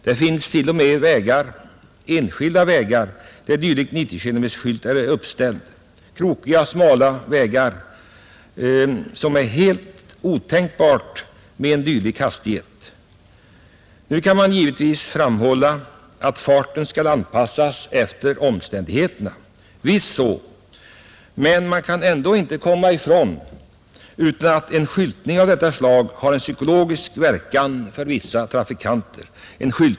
Det finns t.o.m. enskilda vägar med 90-kilometersskyltar — krokiga och smala vägar, där det är helt otänkbart med en dylik hastighet. Nu kan man givetvis framhålla att farten skall anpassas efter omständigheterna. Visst är det så, men man kan ändå inte komma ifrån att en skyltning av detta slag har en psykologisk verkan på vissa trafikanter.